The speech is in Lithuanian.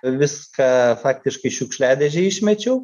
viską faktiškai į šiukšliadėžę išmečiau